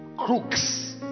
Crooks